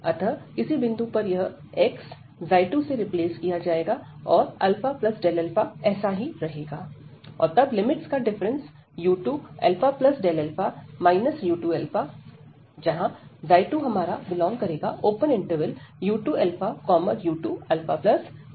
अतः किसी बिंदु पर यह x ξ2से रिप्लेस किया जाएगा और α ऐसा ही रहेगा और तब लिमिट्स का डिफरेंस u2α u2α जहां ξ2u2u2α इसी लिमिट में होगा